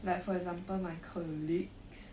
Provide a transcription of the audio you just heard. like for example my colleagues